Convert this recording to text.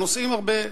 נוסעים הרבה.